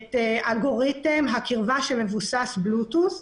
את אלגוריתם הקרבה שמבוסס בלוטות'.